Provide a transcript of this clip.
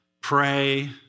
pray